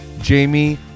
Jamie